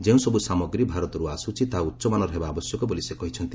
ଯେଉଁସବୁ ସାମଗ୍ରୀ ଭାରତରୁ ଆସ୍କୁଛି ତାହା ଉଚ୍ଚମାନର ହେବା ଆବଶ୍ୟକ ବୋଲି ସେ କହିଛନ୍ତି